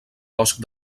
bosc